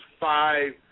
five